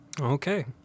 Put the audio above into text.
Okay